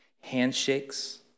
Handshakes